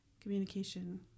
Communication